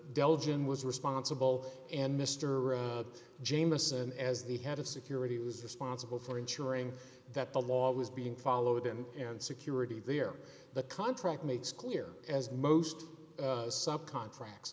belgian was responsible and mr jamieson as the head of security was responsible for ensuring that the law was being followed and in security there the contract makes clear as most sub contracts